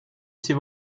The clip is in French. ses